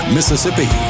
Mississippi